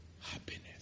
happiness